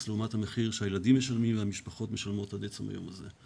לעומת המחיר שהילדים משלמים והמשפחות משלמות עד עצם היום הזה.